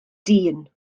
dyn